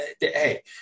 hey